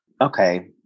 Okay